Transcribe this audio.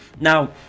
Now